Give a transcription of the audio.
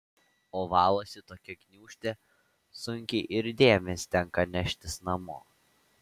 o valosi tokia gniūžtė sunkiai ir dėmes tenka neštis namo